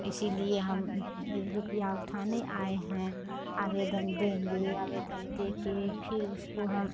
इसीलिए हम ऊ ये रुपिया उठाने आए हैं आवेदन देंगे आवेदन देके फिर उसको हम